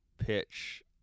pitch